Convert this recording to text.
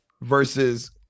versus